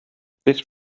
this